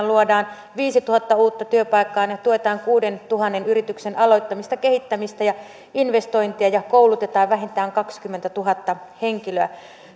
luodaan viisituhatta uutta työpaikkaa ja tuetaan kuudentuhannen yrityksen aloittamista kehittämistä ja investointeja ja koulutetaan vähintään kaksikymmentätuhatta henkilöä